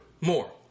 more